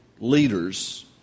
Leaders